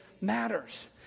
matters